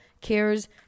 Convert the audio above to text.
cares